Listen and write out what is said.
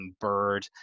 Bird